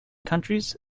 countries